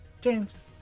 james